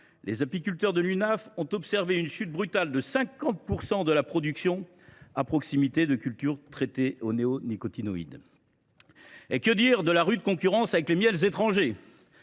Les apiculteurs de l’Unaf ont ainsi observé une chute brutale de 50 % de la production à proximité de cultures traitées aux néonicotinoïdes. Que dire, par ailleurs, de la rude concurrence que les miels étrangers,